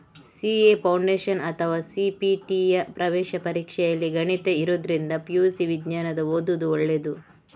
CA foundation ಅಥವಾ ಸಿ.ಪಿ.ಟಿಯ ಪ್ರವೇಶ ಪರೀಕ್ಷೆಯಲ್ಲಿ ಗಣಿತ ಇರುದ್ರಿಂದ ಪಿ.ಯು.ಸಿ ವಿಜ್ಞಾನ ಓದುದು ಒಳ್ಳೇದು